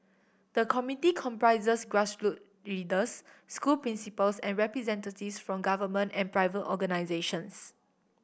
the committee comprises grassroot leaders school principals and representatives from government and private organisations